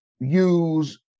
use